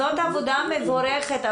זאת עבודה מבורכת,